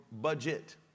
budget